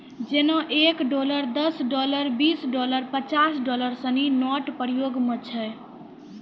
जेना एक डॉलर दस डॉलर बीस डॉलर पचास डॉलर सिनी नोट प्रयोग म छै